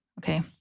okay